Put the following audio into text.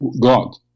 God